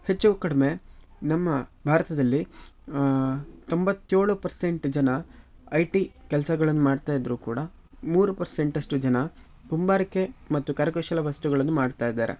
ಹೆಚ್ಚು ಕಡಿಮೆ ನಮ್ಮ ಭಾರತದಲ್ಲಿ ತೊಂಬತ್ತೇಳು ಪರ್ಸೆಂಟ್ ಜನ ಐ ಟಿ ಕೆಲ್ಸಗಳನ್ನ ಮಾಡ್ತಾ ಇದ್ರೂ ಕೂಡ ಮೂರು ಪರ್ಸೆಂಟ್ ಅಷ್ಟು ಜನ ಕುಂಬಾರಿಕೆ ಮತ್ತು ಕರಕುಶಲ ವಸ್ತುಗಳನ್ನು ಮಾಡ್ತಾ ಇದ್ದಾರೆ